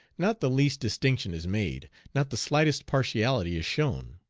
not the least distinction is made. not the slightest partiality is shown.